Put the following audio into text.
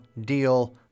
Deal